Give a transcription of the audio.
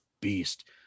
beast